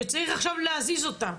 שצריך עכשיו להזיז אותה.